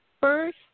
first